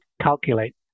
calculate